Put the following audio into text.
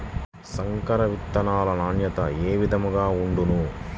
సంకర విత్తనాల నాణ్యత ఏ విధముగా ఉండును?